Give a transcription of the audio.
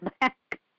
back